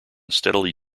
steadily